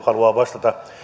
haluaa vastata